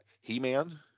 He-Man